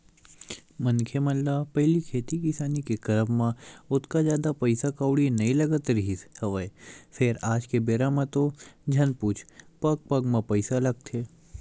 मनखे मन ल पहिली खेती किसानी के करब म ओतका जादा पइसा कउड़ी नइ लगत रिहिस हवय फेर आज के बेरा म तो झन पुछ पग पग म पइसा लगथे